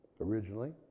originally